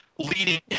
Leading